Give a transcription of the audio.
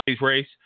race